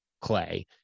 clay